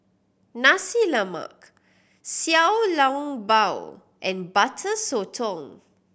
Nasi Lemak Xiao Long Bao and Butter Sotong